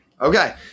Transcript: Okay